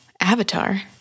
Avatar